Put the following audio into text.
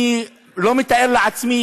אני לא מתאר לעצמי,